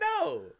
No